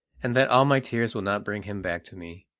and that all my tears will not bring him back to me,